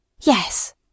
Yes